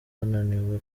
bananiwe